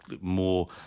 more